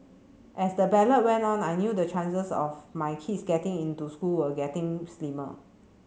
as the ballot went on I knew the chances of my kids getting into school were getting slimmer